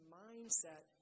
mindset